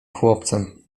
chłopcem